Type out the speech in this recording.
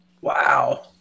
Wow